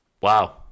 Wow